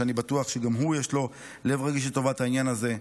ואני בטוח שגם לו יש לב רגיש לטובת העניין הזה.